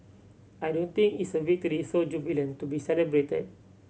I don't think it's a victory so jubilant to be celebrated